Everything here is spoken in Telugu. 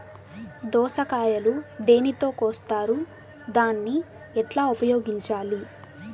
దోస కాయలు దేనితో కోస్తారు దాన్ని ఎట్లా ఉపయోగించాలి?